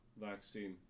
vaccine